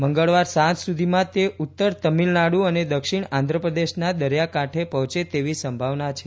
મંગળવાર સાંજ સુધીમાં તે ઉત્તર તમિલનાડુ અને દક્ષિણ આંધ્રપ્રદેશના દરિયાકાંઠે પહોંચે તેવી સંભાવના છે